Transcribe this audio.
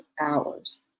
hours